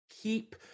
keep